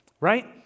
right